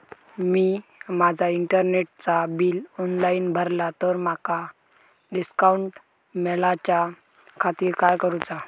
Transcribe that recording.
मी माजा इंटरनेटचा bill online भरला तर माका डिस्काउंट मिलाच्या खातीर काय करुचा?